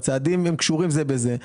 הצעדים הם קשורים זה בזה.